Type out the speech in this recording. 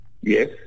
Yes